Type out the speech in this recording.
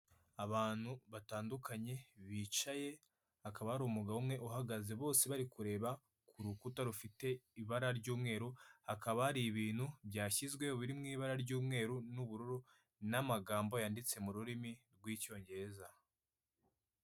Abantu batandukanye bicaye, hakaba hari umugabo umwe uhagaze, bose bari kureba ku rukuta rufite ibara ry'umweru, hakaba hari ibintu byashyizwe biri mu ibara ry'umweru n'ubururu, n'amagambo yanditse mu rurimi rw'icyongereza.